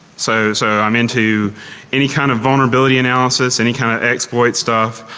so so i'm into any kind of vulnerability analysis, any kind of exploit stuff.